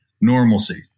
normalcy